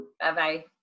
Bye-bye